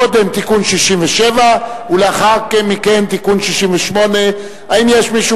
קודם תיקון 67 ולאחר מכן תיקון 68. האם יש מישהו